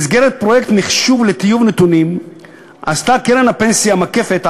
במסגרת פרויקט מחשוב לטיוב נתונים עשתה קרן הפנסיה "מקפת",